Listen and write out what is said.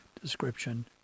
description